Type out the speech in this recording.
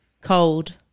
cold